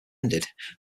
ended